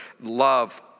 love